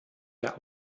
der